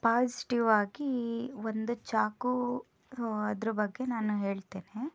positive ಆಗಿ ಒಂದು ಚಾಕು ಅದರ ಬಗ್ಗೆ ನಾನು ಹೇಳ್ತೇನೆ